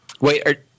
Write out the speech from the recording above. Wait